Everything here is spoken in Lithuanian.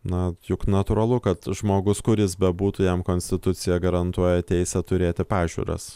na juk natūralu kad žmogus kuris bebūtų jam konstitucija garantuoja teisę turėti pažiūras